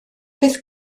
beth